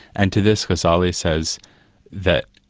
and to this ghazali says that,